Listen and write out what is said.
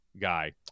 guy